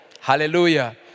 Hallelujah